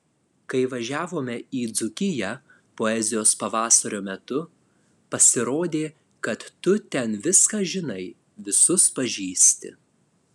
kai važiavome į dzūkiją poezijos pavasario metu pasirodė kad tu ten viską žinai visus pažįsti